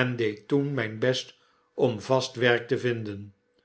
en deed toen myn best om vast werk te vinden